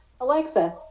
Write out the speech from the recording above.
Alexa